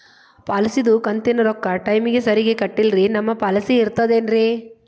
ಪಾಲಿಸಿದು ಕಂತಿನ ರೊಕ್ಕ ಟೈಮಿಗ್ ಸರಿಗೆ ಕಟ್ಟಿಲ್ರಿ ನಮ್ ಪಾಲಿಸಿ ಇರ್ತದ ಏನ್ರಿ?